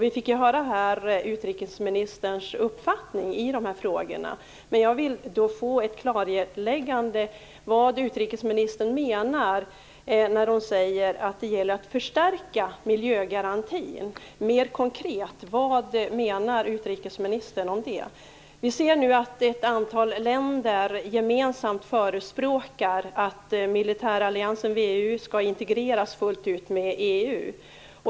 Vi hörde här utrikesministerns uppfattning i de frågorna, men jag skulle vilja ha ett klarläggande. Vad menar utrikesministern när hon säger att det gäller att förstärka miljögarantin? Mera konkret: Vad har utrikesministern för mening om det? Vi ser nu att ett antal länder gemensamt förespråkar att militäralliansen VEU fullt ut integreras med EU.